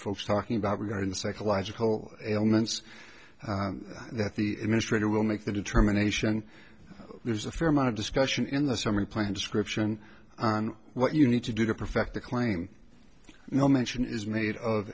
folks talking about regarding the psychological ailments that the administrators will make the determination there's a fair amount of discussion in the summary plan scription on what you need to do to perfect the claim no mention is made of